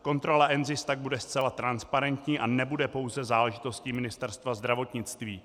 Kontrola NZIS tak bude zcela transparentní a nebude pouze záležitostí Ministerstva zdravotnictví.